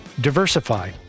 Diversify